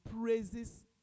praises